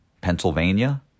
Pennsylvania